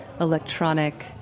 electronic